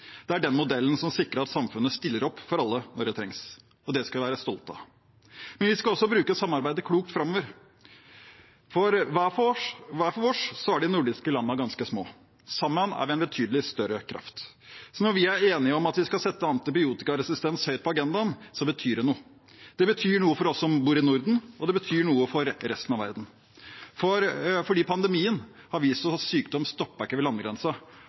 Det er den modellen som sikrer at samfunnet stiller opp for alle når det trengs, og det skal vi være stolte av. Men vi skal også bruke samarbeidet klokt framover, for hver for oss er de nordiske landene ganske små. Sammen er vi en betydelig større kraft. Så når vi er enige om at vi skal sette antibiotikaresistens høyt på agendaen, så betyr det noe. Det betyr noe for oss som bor i Norden, og det betyr noe for resten av verden, fordi pandemien har vist oss at sykdom ikke stopper ved